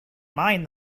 mind